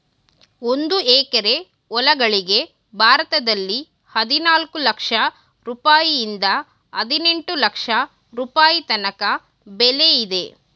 ಒಂದು ಎಕರೆ ಹೊಲಗಳಿಗೆ ಭಾರತದಲ್ಲಿ ಹದಿನಾಲ್ಕು ಲಕ್ಷ ರುಪಾಯಿಯಿಂದ ಹದಿನೆಂಟು ಲಕ್ಷ ರುಪಾಯಿ ತನಕ ಬೆಲೆ ಇದೆ